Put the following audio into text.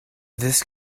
this